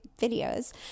videos